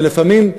ולפעמים,